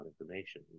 information